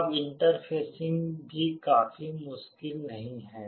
अब इंटरफेसिंग भी काफी मुश्किल नहीं है